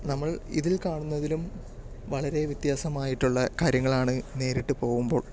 നമ്മൾ ഇതിൽ കാണുന്നതിലും വളരെ വ്യത്യസമായിട്ടുള്ള കാര്യങ്ങളാണ് നേരിട്ട് പോവുമ്പോൾ